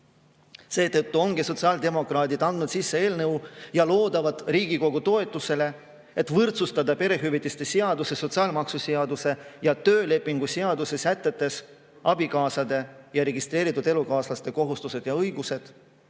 Seetõttu ongi sotsiaaldemokraadid andnud sisse eelnõu ja loodavad Riigikogu toetusele, et võrdsustada perehüvitiste seaduse, sotsiaalmaksuseaduse ja töölepingu seaduse sätetes abikaasade ja registreeritud elukaaslaste kohustused ja õigused,